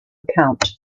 account